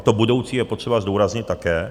To budoucí je potřeba zdůraznit také.